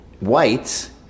whites